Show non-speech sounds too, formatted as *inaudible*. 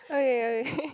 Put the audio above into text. okay okay *laughs*